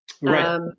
right